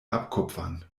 abkupfern